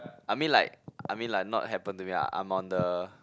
I mean like I mean like not happened to me I'm on the